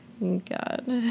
God